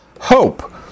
hope